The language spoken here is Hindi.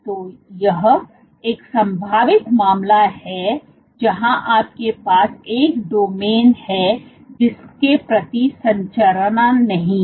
तो यह एक संभावित मामला है जहां आपके पास एक डोमिन A हैं जिस में प्रति संरचना नहीं है